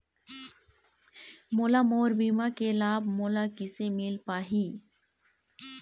मोला मोर बीमा के लाभ मोला किसे मिल पाही?